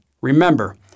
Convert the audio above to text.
Remember